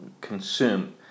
consume